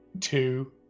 Two